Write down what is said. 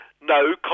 no